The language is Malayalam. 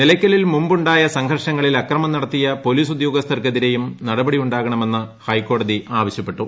നിലയ്ക്കലിൽ മുമ്പു ായ സംഘർഷങ്ങളിൽ അക്രമം നടത്തിയ പൊലീസ് ഉദ്യോഗസ്ഥർക്കെതിരെയും നടപടി ഉ ാകണമെന്ന് ഹൈക്കോടതി ആവശ്യപ്പെട്ടു